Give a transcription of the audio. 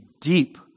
deep